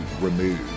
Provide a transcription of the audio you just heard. removed